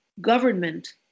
government